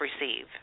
receive